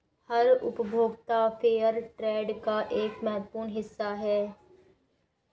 हर उपभोक्ता फेयरट्रेड का एक महत्वपूर्ण हिस्सा हैं